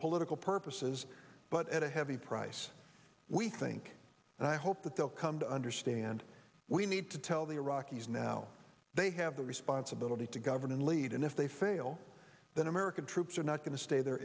political purposes but at a heavy price we think and i hope that they'll come to understand we need to tell the iraqis now they have the responsibility to govern and lead and if they fail then american troops are not going to stay there